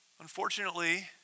Unfortunately